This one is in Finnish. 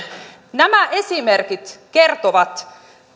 nämä esimerkit kertovat